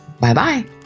Bye-bye